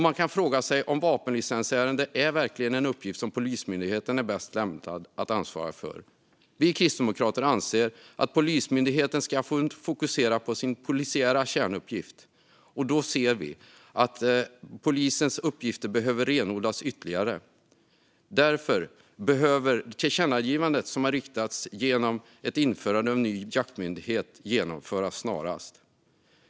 Man kan fråga sig om vapenlicensärenden verkligen är en uppgift som Polismyndigheten är bäst lämpad att ansvara för. Vi kristdemokrater anser att Polismyndigheten ska fokusera på sin polisiära kärnuppgift. Då ser vi att polisens uppgifter behöver renodlas ytterligare. Därför behöver tillkännagivandet som har riktats om ett införande av en ny jaktmyndighet genomföras snarast.